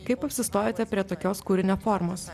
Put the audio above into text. kaip apsistojate prie tokios kūrinio formos